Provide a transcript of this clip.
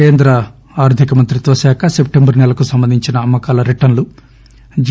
కేంద్ర ఆర్థిక మంత్రిత్వశాఖ సెప్టెంబర్ సెలకు సంబంధించిన అమ్మకాల రిటన్లు జి